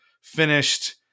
finished